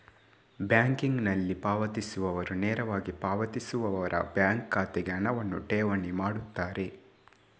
ಬ್ಯಾಂಕಿಂಗಿನಲ್ಲಿ ಪಾವತಿಸುವವರು ನೇರವಾಗಿ ಪಾವತಿಸುವವರ ಬ್ಯಾಂಕ್ ಖಾತೆಗೆ ಹಣವನ್ನು ಠೇವಣಿ ಮಾಡುತ್ತಾರೆ